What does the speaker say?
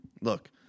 Look